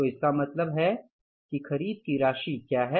तो इसका मतलब है कि खरीद की राशि क्या है